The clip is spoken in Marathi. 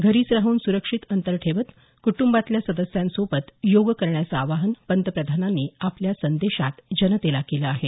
घरीच राहून सुरक्षित अंतर ठेवत कुटुंबातल्या सदस्यांसोबत योग करण्याचं आवाहन पंतप्रधानांनी आपल्या संदेशात जनतेला केलं आहे